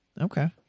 Okay